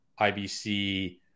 IBC